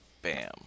Bam